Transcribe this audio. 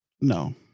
No